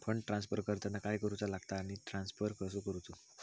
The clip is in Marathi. फंड ट्रान्स्फर करताना काय करुचा लगता आनी ट्रान्स्फर कसो करूचो?